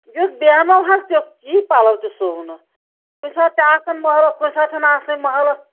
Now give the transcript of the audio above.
یُتھ بیٚہمو حظ تِیُتھ یی پَلو تہِ سُوٕنہٕ کُنہٕ ساتہٕ چھِ آسان موٚہلت کُنہٕ ساتہٕ چھنہٕ آسٲنی موٚہلت